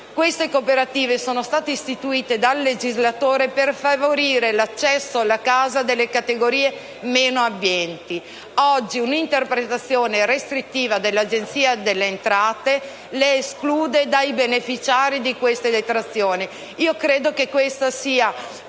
Queste cooperative sono state istituite dal legislatore per favorire l'accesso alla casa delle categorie meno abbienti. Oggi un'interpretazione restrittiva dell'Agenzia delle entrate le esclude dai beneficiari di queste detrazioni. Credo che questa sia